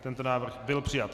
Tento návrh byl přijat.